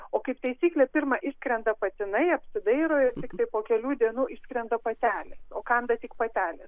o kaip taisyklė pirma išskrenda patinai apsidairo ir tiktai po kelių dienų išskrenda patelė o kanda tik patelės